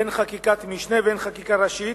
הן חקיקת משנה והן חקיקה ראשית,